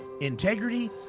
integrity